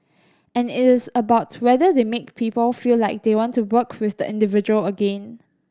and it is about whether they make people feel like they want to work with the individual again